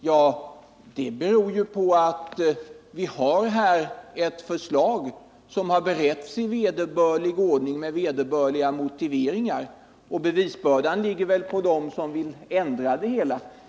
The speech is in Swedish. Ja, det beror ju på att det fanns ett förslag som bereddes i vederbörlig ordning med vederbörliga motiveringar. Bevisbördan ligger väl hos dem som vill ändra det hela.